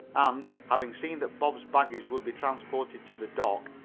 and, having seen that bob's baggage would be transported to the dock,